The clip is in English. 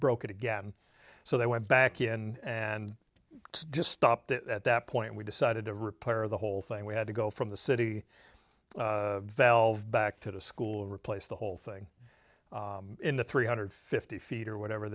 broke again so they went back in and just stopped it at that point we decided to repair the whole thing we had to go from the city back to the school and replace the whole thing in the three hundred fifty feet or whatever